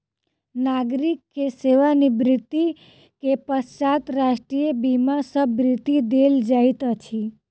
नागरिक के सेवा निवृत्ति के पश्चात राष्ट्रीय बीमा सॅ वृत्ति देल जाइत अछि